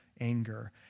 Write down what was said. anger